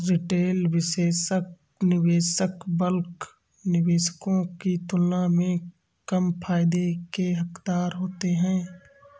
retail निवेशक bulk निवेशकों की तुलना में कम फायदे के हक़दार होते हैं